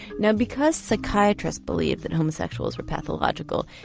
now because psychiatrists believed that homosexuals were pathological,